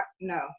no